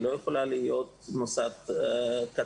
היא לא יכולה להיות מוסד קטן.